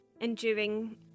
enduring